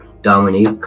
Dominique